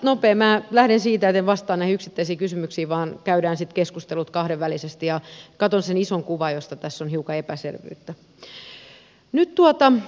minä lähden siitä että en vastaa näihin yksittäisiin kysymyksiin vaan käydään sitten keskustelut kahdenvälisesti ja katson sen ison kuvan josta tässä on hiukan epäselvyyttä